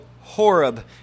Horeb